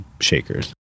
shakers